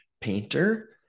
painter